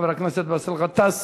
חבר הכנסת באסל גטאס,